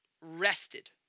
Rested